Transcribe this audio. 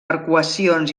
arcuacions